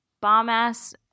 bomb-ass